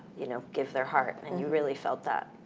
you know, give their heart and you really felt that,